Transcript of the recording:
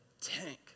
tank